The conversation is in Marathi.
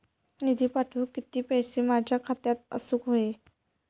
निधी पाठवुक किती पैशे माझ्या खात्यात असुक व्हाये?